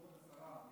כבוד השרה,